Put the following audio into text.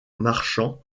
marchand